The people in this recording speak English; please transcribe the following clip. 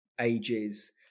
ages